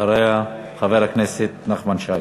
אחריה, חבר הכנסת נחמן שי.